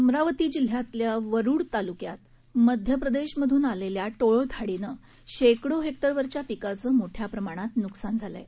अमरावती जिल्ह्यातल्या वरुड तालुक्यात मध्यप्रदेशमधून आलेल्या टोळधाडीनं शेकडो हेक्टरवरच्या पिकाचं मोठ्या प्रमाणात नुकसान केलं आहे